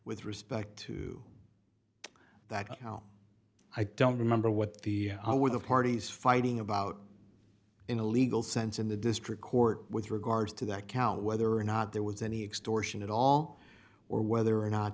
with respect to that i don't remember what the i were the parties fighting about in a legal sense in the district court with regards to that count whether or not there was any extortion at all or whether or not